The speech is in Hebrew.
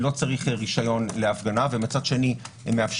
לא מדובר